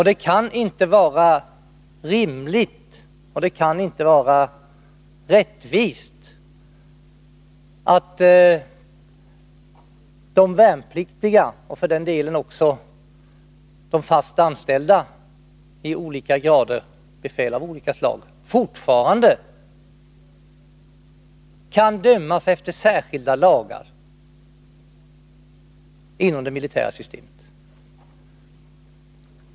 Det kan inte vara rimligt och rättvist att de värnpliktiga, och för den delen också de fast anställda i olika grader, befäl av olika slag, fortfarande kan dömas efter särskilda lagar inom det militära systemet.